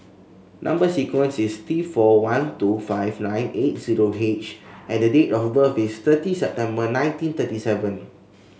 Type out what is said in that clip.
number sequence is T four one two five nine eight zero H and date of birth is thirty September nineteen thirty seven